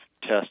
test